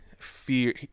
fear